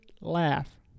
laugh